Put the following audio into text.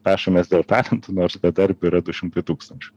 pešamės dėl talentų nors bedarbių yra du šimtai tūkstančių